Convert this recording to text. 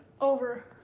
Over